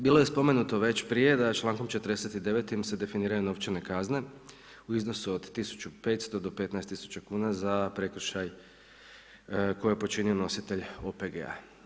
Bilo je spomenuto već prije da člankom 49. se definiraju novčane kazne u iznosu od tisuću 500 do 15 tisuća kuna za prekršaj koji počini nositelj OPG-a.